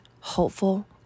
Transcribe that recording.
hopeful